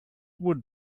would